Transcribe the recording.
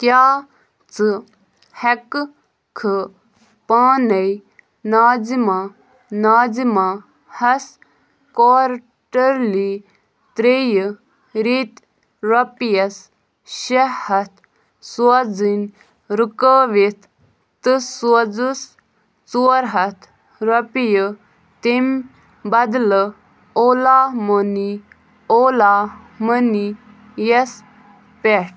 کیٛاہ ژٕ ہیکہٕ کھٕ پانَے ناظِمہ ناظِمہ ہَس کُواٹرلی ترٛیٚیہِ ریٚتۍ رۄپیَس شےٚ ہَتھ سوزٕنۍ رُکٲوِتھ تہٕ سوزُس ژور ہتھ رۄپیہِ تَمہِ بدلہٕ اولا مٔنی اولا مٔنی یَس پیٹھ